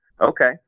Okay